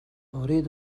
أريد